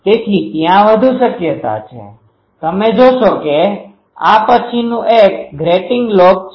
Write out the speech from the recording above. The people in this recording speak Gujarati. તેથી ત્યાં વધુ શક્યતા છે તમે જોશો કે આ પછીનુ એક ગ્રેટિંગ લોબ છે